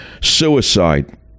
suicide